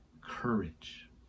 courage